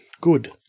good